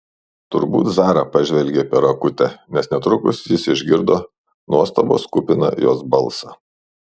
turbūt zara pažvelgė per akutę nes netrukus jis išgirdo nuostabos kupiną jos balsą